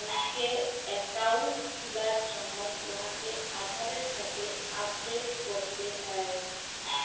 ব্যাংকে একাউল্ট খুলার সময় উয়াকে আধারের সাথে আপডেট ক্যরতে হ্যয়